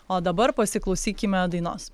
o dabar pasiklausykime dainos